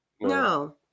No